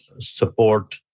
support